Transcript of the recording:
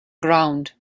ground